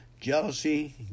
jealousy